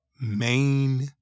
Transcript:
main